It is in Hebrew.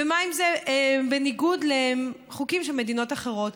ומה אם זה בניגוד לחוקים של מדינות אחרות?